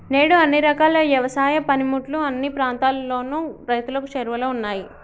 నేడు అన్ని రకాల యవసాయ పనిముట్లు అన్ని ప్రాంతాలలోను రైతులకు చేరువలో ఉన్నాయి